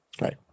Right